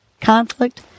conflict